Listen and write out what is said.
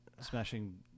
smashing